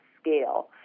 scale